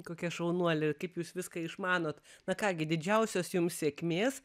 kokia šaunuolė ir kaip jūs viską išmanot na ką gi didžiausios jums sėkmės